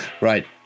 Right